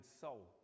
Soul